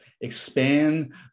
expand